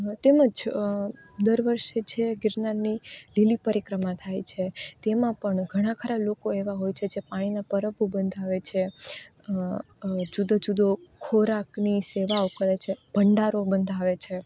તેમ જ દર વર્ષ જે ગિરનારની લીલી પરિક્રમા થાય છે તેમાં પણ ઘણા ખરાં લોકો એવાં હોય છે જે પાણીનાં પરબો બંધાવે છે જુદો જુદો ખોરાકની સેવાઓ કરે છે ભંડારો બંધાવે છે